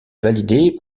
validée